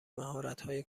مهارتهای